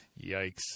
Yikes